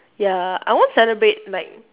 ya I won't celebrate like